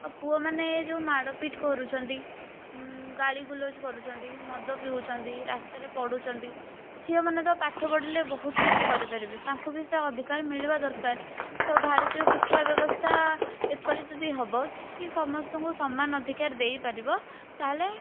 ଆଉ ପୁଅମାନେ ଏ ଯେଉଁ ମାରପିଟ୍ କରୁଛନ୍ତି ଗାଳି ଗୁଲଜ କରୁଛନ୍ତି ମଦ ପିଉଛନ୍ତି ରାସ୍ତାରେ ପଡ଼ୁଛନ୍ତି ଝିଅମାନେ ତ ପାଠ ପଢ଼ିଲେ ବହୁତ କିଛି କରିପାରିବେ ତାଙ୍କୁ ବି ସେ ଅଧିକାର ମିଳିବା ଦରକାର ତ ଭାରତୀୟ ଶିକ୍ଷା ବ୍ୟବସ୍ଥା ଏପରି ଯଦି ହେବ କି ସମସ୍ତଙ୍କୁ ସମାନ ଅଧିକାର ଦେଇପାରିବ ତାହେଲେ